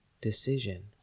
decision